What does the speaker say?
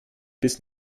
bis